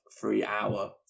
three-hour